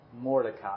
Mordecai